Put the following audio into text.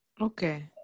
Okay